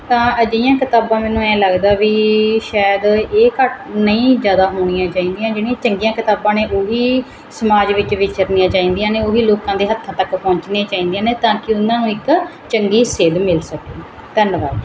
ਤਾਂ ਅਜਿਹੀਆਂ ਕਿਤਾਬਾਂ ਮੈਨੂੰ ਐਂ ਲੱਗਦਾ ਵੀ ਸ਼ਾਇਦ ਇਹ ਘੱਟ ਨਹੀਂ ਜ਼ਿਆਦਾ ਹੋਣੀਆਂ ਚਾਹੀਦੀਆਂ ਜਿਹੜੀਆਂ ਚੰਗੀਆਂ ਕਿਤਾਬਾਂ ਨੇ ਉਹੀ ਸਮਾਜ ਵਿੱਚ ਵਿਚਰਨੀਆਂ ਚਾਹੀਦੀਆਂ ਨੇ ਉਹੀ ਲੋਕਾਂ ਦੇ ਹੱਥਾਂ ਤੱਕ ਪਹੁੰਚਣੀਆਂ ਚਾਹੀਦੀਆਂ ਨੇ ਤਾਂ ਕਿ ਉਹਨਾਂ ਨੂੰ ਇੱਕ ਚੰਗੀ ਸੇਧ ਮਿਲ ਸਕੇ ਧੰਨਵਾਦ